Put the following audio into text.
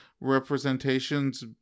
representations